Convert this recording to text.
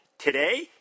Today